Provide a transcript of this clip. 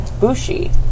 Bushi